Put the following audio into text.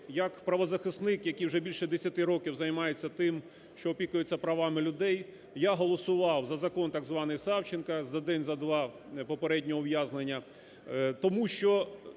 як правозахисник, який вже більше 10 років займається тим, що опікується правами людей, я голосував за закон так званий Савченко (день – за два попереднього ув'язнення), тому що